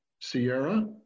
Sierra